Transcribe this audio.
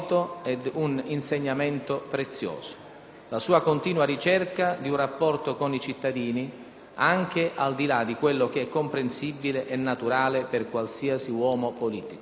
un insegnamento prezioso: la sua continua ricerca di un rapporto con i cittadini, anche al di là di quello che è comprensibile e naturale per qualsiasi uomo politico.